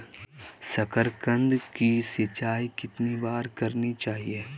साकारकंद की सिंचाई कितनी बार करनी चाहिए?